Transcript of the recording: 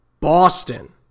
Boston